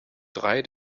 drei